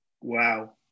wow